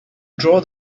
draw